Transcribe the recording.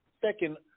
Second